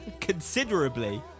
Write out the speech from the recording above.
Considerably